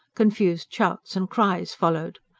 confused shouts and cries followed.